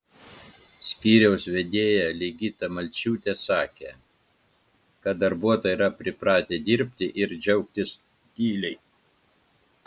skyriaus vedėja ligita malciūtė sakė kad darbuotojai yra pripratę dirbti ir džiaugtis tyliai